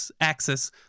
axis